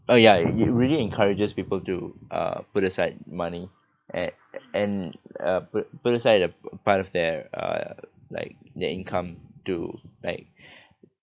well ya it it really encourages people to uh put aside money and and uh put put aside a p~ part of their uh like their income to like